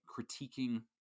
critiquing